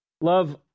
love